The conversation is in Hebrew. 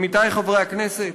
עמיתי חברי הכנסת,